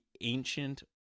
ancient